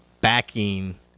backing